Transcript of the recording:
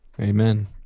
Amen